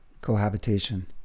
cohabitation